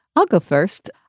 i'll go first.